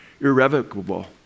irrevocable